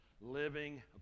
living